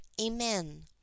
Amen